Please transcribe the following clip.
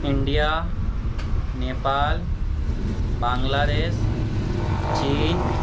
India Nepal Bangladesh चीन